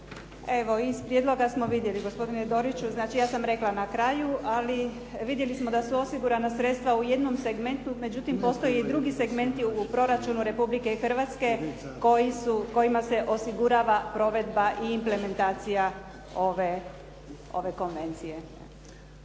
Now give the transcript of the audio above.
Evo iz prijedloga smo vidjeli. Gospodine Doriću, znači ja sam rekla na kraju ali vidjeli smo da su osigurana sredstva u jednom segmentu, međutim postoje i drugi segmenti u proračunu Republike Hrvatske kojima se osigurava provedba i implementacija ove konvencije.